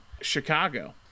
Chicago